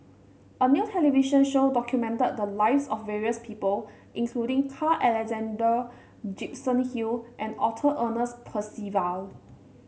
a new television show documented the lives of various people including Carl Alexander Gibson Hill and Arthur Ernest Percival